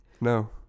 No